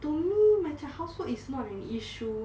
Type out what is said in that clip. to me macam house work is not an issue